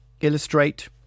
illustrate